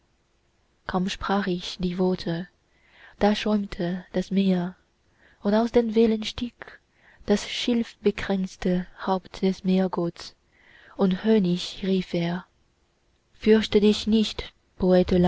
sprach ich die worte da schäumte das meer und aus den weißen wellen stieg das schilfbekränzte haupt des meergotts und höhnisch rief er fürchte dich nicht